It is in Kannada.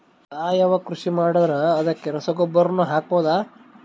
ಸಾವಯವ ಕೃಷಿ ಮಾಡದ್ರ ಅದಕ್ಕೆ ರಸಗೊಬ್ಬರನು ಹಾಕಬಹುದಾ?